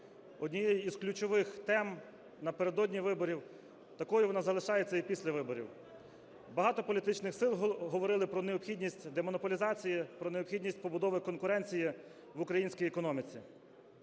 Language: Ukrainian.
однією з ключових тем напередодні виборів, такою вона залишається і після виборів. Багато політичних сил говорили про необхідність демонополізації, про необхідність побудови конкуренції в українській економіці.